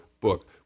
book